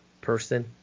person